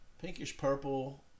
pinkish-purple